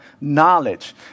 knowledge